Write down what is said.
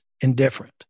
indifferent